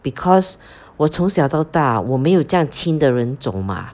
because 我从小到大我没有这样亲的人走 mah